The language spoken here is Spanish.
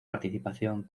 participación